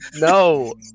No